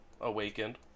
awakened